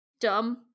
dumb